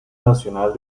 nacional